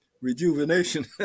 Rejuvenation